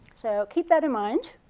so keep that in mind.